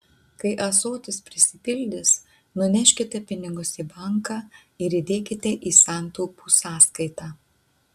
kai ąsotis prisipildys nuneškite pinigus į banką ir įdėkite į santaupų sąskaitą